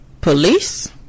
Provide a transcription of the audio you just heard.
Police